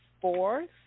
fourth